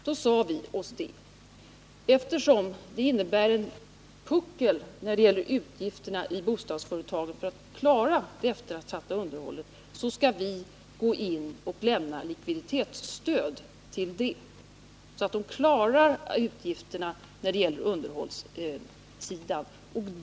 Då sade vi i regeringen följande: Eftersom utgifterna för att klara det eftersatta underhållet innebär en puckel i bostadsföretagens kostnader, skall vi gå in och lämna likviditetsstöd, så att de klarar utgifterna när det gäller underhållssidan.